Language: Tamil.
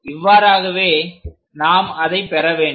இவ்வாறாகவே நாம் அதை பெற வேண்டும்